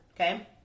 okay